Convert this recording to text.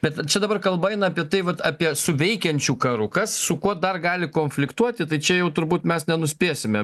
bet čia dabar kalba eina apie tai vat apie su veikiančiu karu kas su kuo dar gali konfliktuoti tai čia jau turbūt mes nenuspėsime